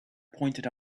pointed